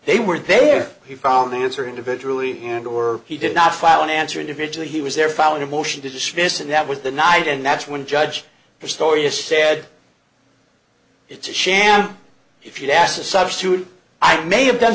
they were there he found the answer individually and or he did not file an answer individually he was there following a motion to dismiss and that was the night and that's when judge your story is sad it's a sham if you pass a substitute i may have done